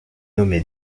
nommé